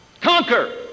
conquer